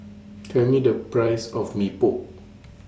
Tell Me The Price of Mee Pok